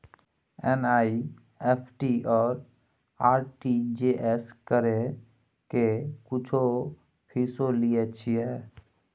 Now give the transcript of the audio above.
NEFT आ RTGS करै के कुछो फीसो लय छियै?